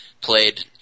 played